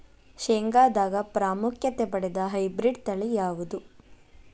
ಶೇಂಗಾದಾಗ ಪ್ರಾಮುಖ್ಯತೆ ಪಡೆದ ಹೈಬ್ರಿಡ್ ತಳಿ ಯಾವುದು?